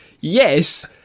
yes